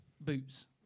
boots